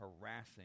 harassing